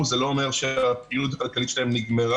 זה לא אומר שהפעילות הכלכלית שלהם נגמרה,